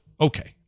Okay